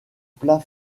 plat